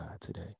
today